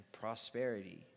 prosperity